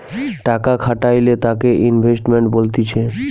টাকা খাটাইলে তাকে ইনভেস্টমেন্ট বলতিছে